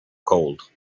cold